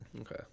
Okay